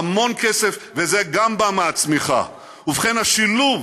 המון כסף, וגם זה בא מהצמיחה, ובכן, השילוב